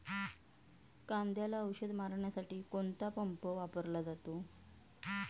कांद्याला औषध मारण्यासाठी कोणता पंप वापरला जातो?